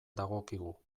dagokigu